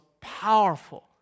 powerful